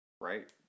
right